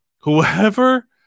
Whoever